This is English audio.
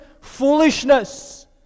foolishness